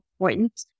important